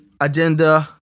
agenda